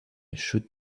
should